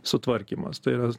sutvarkymas tai yra